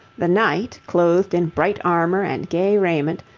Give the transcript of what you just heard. the knight, clothed in bright armour and gay raiment,